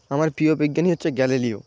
আমার প্রিয় বিজ্ঞানী হচ্ছে গ্যালিলিও